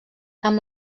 amb